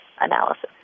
analysis